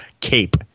cape